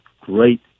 great